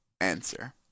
answer